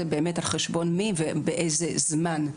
זה באמת על חשבון מי ובאיזה זמן.